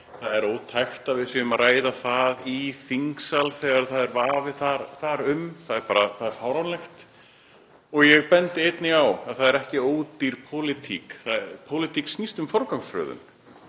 Það er ótækt að við séum að ræða það í þingsal þegar það er vafi þar um. Það er bara fáránlegt. Ég bendi einnig á að þetta er ekki ódýr pólitík. Pólitík snýst um forgangsröðun